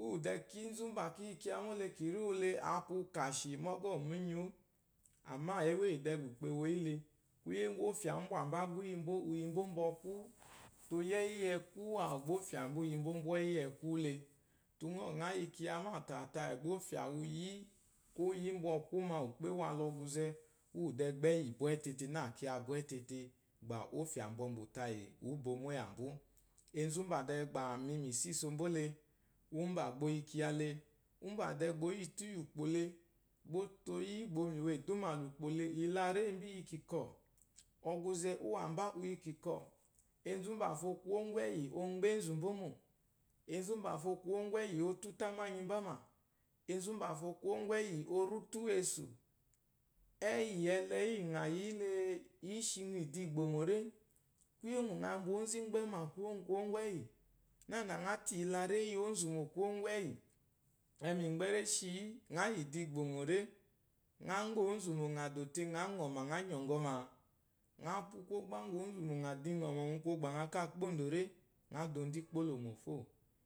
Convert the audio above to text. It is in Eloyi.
Úwù dɛɛ kínzú úmbà kí yi kyiya mó le kì rí ele a kwù kàshì mɔgɔ́ wù múnyi wu. Àmâ éwó íyì dɛɛ gbà úkpò e wo yí le kwúyè úŋgwù ɔfyà úmbwà mbá gbá ú yi mbó bà u yi mbó úmbwɔkwú, o yi ɛ́yí íyɛkwú àwù gbá ɔfyà mbá u yi mbó úmbwù ɛ́yì íyɛkwú le. Te uŋɔ úwù ŋɔ́ yi kyiya mô àwù tàtayì gbá ɔ́fyà u yì, ú yí úmbwɔkwú, uŋɔ ùkpò ě wà ŋa ɔgwuzɛ, úwù dɛɛ gbá ùgɔ́ tete nâ kyiya bwɛ́ tete, bà ɔ́fà mbɔmbù tayì ǔ bomò íyámbú. Enzu úmbà dɛɛ gbà o yi mu ìsísso mbó le, úmbà gbà o yi kyiya le, úmbà dɛɛ gbà o yîtù íyì ùkpò le, gbá ó to yí o yi mìwo ɛ̀dúmà la ùkpòm le, ìyelaréyi mbó i yi ìkìkɔ̀, ɔgwuzɛ úwàmbá u yi ìkìkɔ̀. Enzu úmbàfo, kwuwó ŋgwù ɛ́yí, ɔ gbɛ́ ènzù mbó mò, enzu úmbàfo kwuwó ŋgwù ɛ́yí o tútù ámáanyi mbá mà, ènzù mbó mò, enzu úmbàfo kwuwó ŋgwù ɛ́yí o rí útú wèsù. Ɛ́yí ŋɔ ɛlɛ, íyì ŋà yi yí le í shi ŋɔ ìdigbòmò ré? Kwùyè ŋgwù ŋa mbwà ónzù ímgɛ́mà “kwuwó ŋw” kwuwó ŋgwù ɛ́yí, nânà ŋa tɛ̀ iyilaréyi íyì ǒnzù mò kwuwó ŋgwù ɛ́yì, mɛmi ìmbɛ́réshi yí, ŋǎ yi ìdù igbòmò rè? Ŋá mgbɛ́ ǒnzù mò ŋa dò te ŋǎ ŋɔ̀mà ŋǎ nyɔ̀ŋgɔmà? Ŋá pwú kwɔ́gbà úŋgwù ǒnzù mò ŋa do ìŋɔ̀mà mu kwɔgbà ŋa káa kpó ondòré? Ŋa dò ondò íkpólòmò fô.